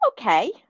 Okay